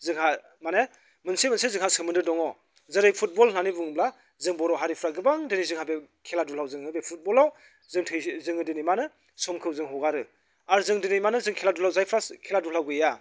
जोंहा माने मोनसे मोनसे जोंहा सोमोन्दो दङ जेरै फुटबल होन्नानै बुङोब्ला जों बर' हारिफ्रा गोबां दिनै जोंहा खेला दुलायाव जोङो बे फुटबलआव जोङो दिनै मा होनो समखौ जों हगारो आरो जों दिनै मा होनो जों खेला दुलायाव जायफ्रा खेला दुलायाव गैया